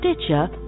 Stitcher